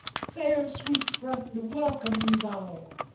fair sweet friend, welcome be thou.